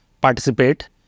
participate